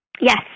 Yes